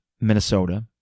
Minnesota